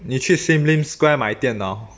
你去 sim lim square 买电脑